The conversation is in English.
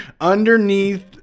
underneath